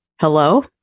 Hello